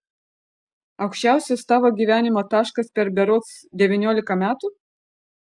aukščiausias tavo gyvenimo taškas per berods devyniolika metų